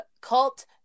cult